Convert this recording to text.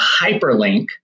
hyperlink